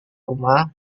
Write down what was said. rumah